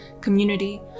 community